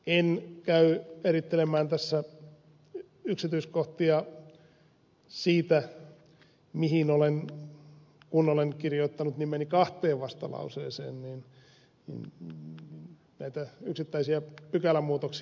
en käy erittelemään tässä yksityiskohdin kun olen kirjoittanut nimeni kahteen vastalauseeseen näitä yksittäisiä pykälämuutoksia